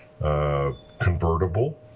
convertible